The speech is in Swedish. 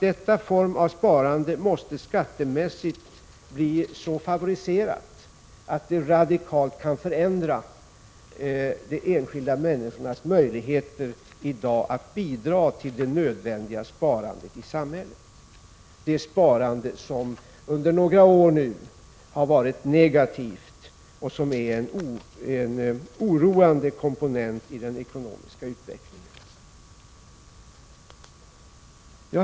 Denna form av sparande måste skattemässigt bli så favoriserad att den radikalt kan förändra den enskilda människans möjligheter att i dag bidra till det nödvändiga sparandet i samhället. Sparandet har under några år varit negativt, något som är en oroande komponent i den ekonomiska utvecklingen.